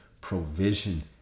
provision